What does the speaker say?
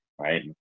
right